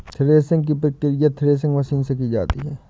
threshing की प्रकिया threshing machine से की जाती है